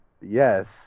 Yes